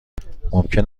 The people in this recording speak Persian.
ممکن